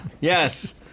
Yes